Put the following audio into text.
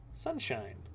Sunshine